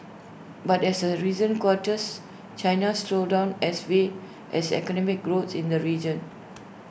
but as of recent quarters China's slowdown has weighed as economic growth in the region